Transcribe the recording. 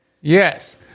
Yes